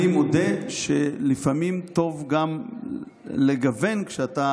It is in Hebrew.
אני מודה שלפעמים טוב גם לגוון כשאתה